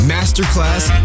Masterclass